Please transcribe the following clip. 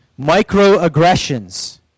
microaggressions